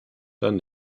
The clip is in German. dann